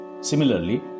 Similarly